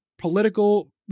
political